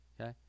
okay